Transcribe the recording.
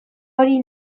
hori